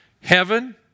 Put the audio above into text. Heaven